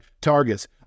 targets